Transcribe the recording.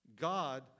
God